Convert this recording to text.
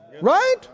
right